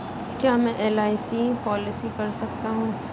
क्या मैं LIC policy कर सकता हूं?